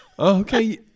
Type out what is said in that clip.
Okay